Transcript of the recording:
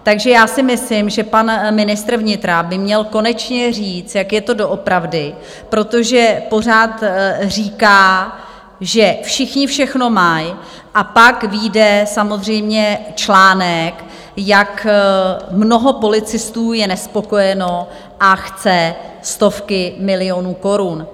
Takže já si myslím, že pan ministr vnitra by měl konečně říct, jak je to doopravdy, protože pořád říká, že všichni všechno mají, a pak vyjde samozřejmě článek, jak mnoho policistů je nespokojeno, a chce stovky milionů korun.